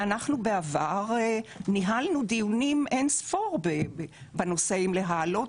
בעבר ניהלנו דיונים אין-ספור בנושא להעלות